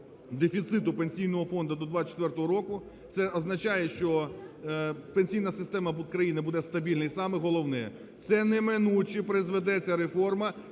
дефіциту пенсійного фонду до 2024 року, це означає, що пенсійна система країна буде стабільна. І саме головне – це неминуче призведе, ця реформа,